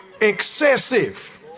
Excessive